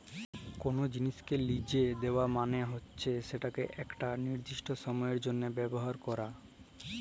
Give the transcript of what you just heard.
call জিলিসকে লিজে দিয়া মালে হছে সেটকে ইকট লিরদিস্ট সময়ের জ্যনহে ব্যাভার ক্যরা